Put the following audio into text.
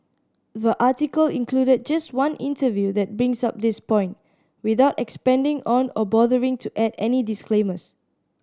the article included just one interview that brings up this point without expanding on or bothering to add any disclaimers